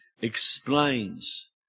explains